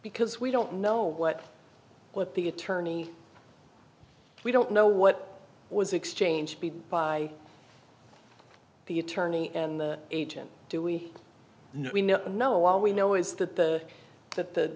because we don't know what what the attorney we don't know what was exchanged by the attorney and the agent do we know we know no all we know is that the that